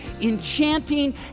enchanting